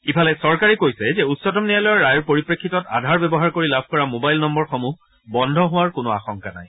ইফালে চৰকাৰে কৈছে যে উচ্চতম ন্যায়ালয়ৰ ৰায়ৰ পৰিপ্ৰেক্ষিতত আধাৰ ব্যৱহাৰ কৰি লাভ কৰা মবাইল নম্বৰসমূহ বন্ধ হোৱাৰ কোণো আশংকা নাই